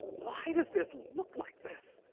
why does this look like this?